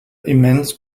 immense